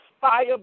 fire